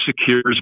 secures